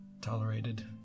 tolerated